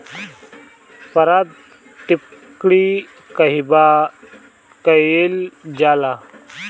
पारद टिक्णी कहवा कयील जाला?